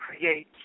Create